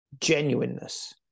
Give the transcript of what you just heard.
Genuineness